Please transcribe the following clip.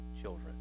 children